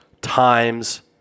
times